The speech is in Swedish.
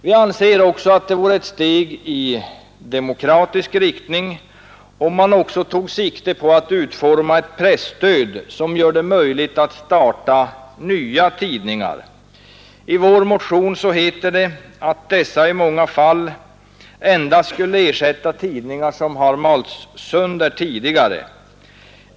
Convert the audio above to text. Vi anser också att det vore ett steg i demokratisk riktning om man tog sikte på att utforma ett presstöd som gör det möjligt att starta nya tidningar. I vår motion heter det: ”Dessa skulle i många fall endast ersätta tidningar som malts sönder tidigare.